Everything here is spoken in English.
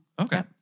Okay